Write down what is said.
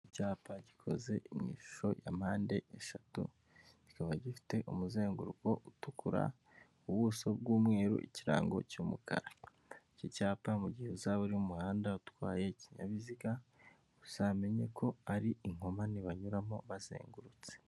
Icyapa gikoze mu ishusho ya mpande eshatu, kikaba gifite umuzenguruko utukura, ubuso bw'umweru, ikirango cy'umukara. Iki cyapa mu gihe uzaba uri umuhanda utwaye ikinyabiziga, uzamenye ko ari inkomane banyuramo bazengurutse.